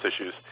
issues